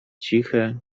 ciche